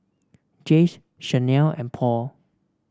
Jays Chanel and Paul